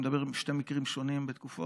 אני מדבר על שני מקרים שונים בתקופות.